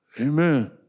Amen